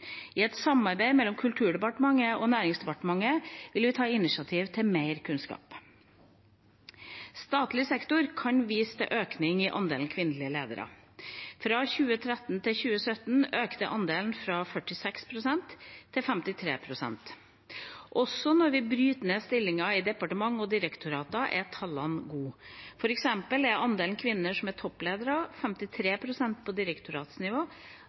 I et samarbeid mellom Kulturdepartementet og Næringsdepartementet vil vi ta initiativ til mer kunnskap. Statlig sektor kan vise til økning i andelen kvinnelige ledere. Fra 2013 til 2017 økte andelen fra 46 pst. til 53 pst. Også når vi bryter ned stillinger i departementer og direktorater, er tallene gode. For eksempel er andelen kvinner som er toppledere, 53 pst. på direktoratsnivå.